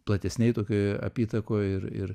platesnėj tokioj apytakoj ir ir